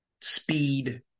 speed